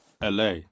LA